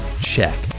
check